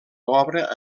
obra